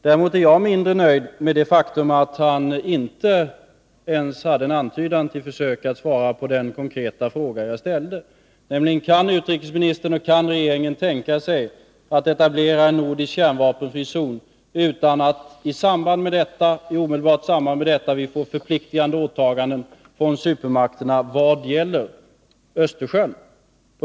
Däremot är jag mindre nöjd med det faktum att han inte ens gör en antydan till försök att svara på den konkreta fråga jag ställde: Kan utrikesministern och regeringen tänka sig att etablera en nordisk kärnvapenfri zon utan att det i omedelbart .samband med detta görs förpliktande åtaganden från supermakterna vad gäller Östersjön?